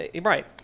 right